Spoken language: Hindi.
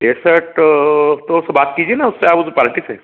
पैंसठ तो उसको बात कीजिए ना उससे आप वो जो पाल्टी से